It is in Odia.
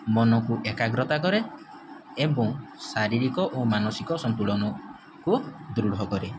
ମନକୁ ଏକାଗ୍ରତା କରେ ଏବଂ ଶାରୀରିକ ଓ ମାନସିକ ସନ୍ତୁଳନକୁ ଦୃଢ଼ କରେ